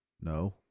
No